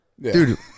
dude